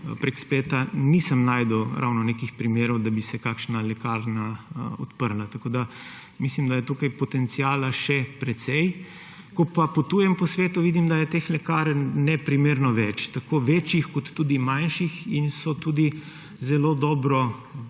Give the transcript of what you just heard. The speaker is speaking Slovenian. preko spleta, nisem našel ravno nekih primerov, da bi se kakšna lekarna odprla. Tako da mislim, da je tukaj potenciala še precej. Ko pa potujem po svetu, vidim, da je teh lekarn neprimerno več tako večjih kot tudi manjših in so tudi zelo dobro